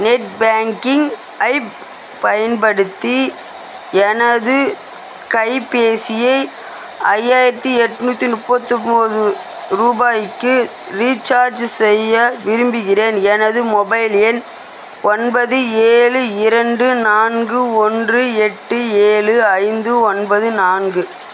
net banking ஐப் பயன்படுத்தி எனது கைப்பேசியை ஐயாயிரத்து எட்நூற்றி முப்பத்தொம்போது ரூபாய்க்கு ரீசார்ஜ் செய்ய விரும்புகிறேன் எனது மொபைல் எண் ஒன்பது ஏழு இரண்டு நான்கு ஒன்று எட்டு ஏழு ஐந்து ஒன்பது நான்கு